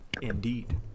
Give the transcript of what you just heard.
Indeed